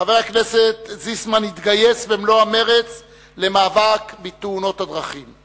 חבר הכנסת זיסמן התגייס במלוא המרץ למאבק בתאונות הדרכים.